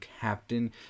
captain